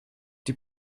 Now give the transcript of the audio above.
die